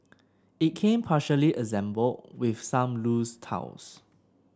it came partially assembled with some loose tiles